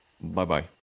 Bye-bye